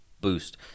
boost